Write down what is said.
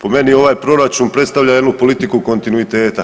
Po meni ovaj Proračun predstavlja jednu politiku kontinuiteta.